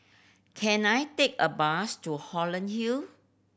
can I take a bus to Holland Hill